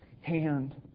hand